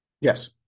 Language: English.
Yes